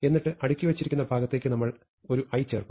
എന്നിട്ട് അടുക്കി വച്ചിരിക്കുന്ന ഭാഗത്തേക്ക് നമ്മൾ ഒരു i ചേർക്കുന്നു